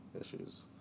issues